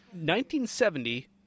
1970